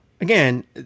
again